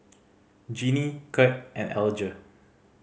Genie Kurt and Alger